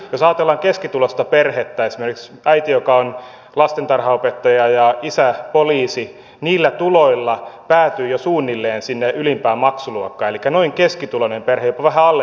jos ajatellaan keskituloista perhettä esimerkiksi äiti joka on lastentarhanopettaja ja isä poliisi niillä tuloilla päätyy jo suunnilleen sinne ylimpään maksuluokkaan elikkä noin keskituloinen perhe jopa vähän alle keskituloinen päätyy ylimpään maksuluokkaan